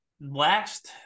last